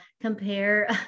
compare